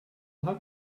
halt